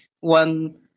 one